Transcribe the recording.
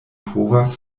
povas